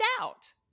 out